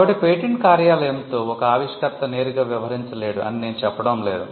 కాబట్టి పేటెంట్ కార్యాలయంతో ఒక ఆవిష్కర్త నేరుగా వ్యవహరించలేడు అని నేను చెప్పడం లేదు